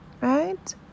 right